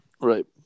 right